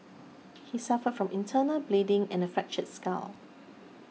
he suffered from internal bleeding and a fractured skull